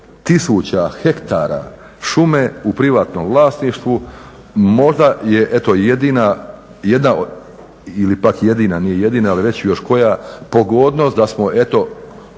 tisuća hektara u šumu u privatnom vlasništvu. Možda je eto jedna ili pak jedina, nije jedina ali reći ću još koja pogodnost da smo eto